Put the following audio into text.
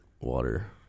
water